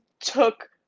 took